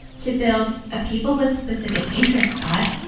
to build a people with specific interests ad,